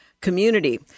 community